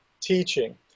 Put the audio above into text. teaching